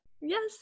Yes